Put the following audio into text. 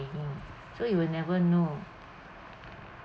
so you will never know